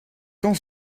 quand